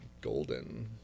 golden